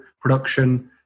production